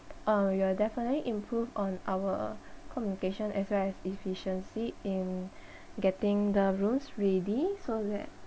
uh we will definitely improve on our communication as well as efficiency in getting the rooms ready so that